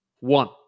One